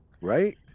Right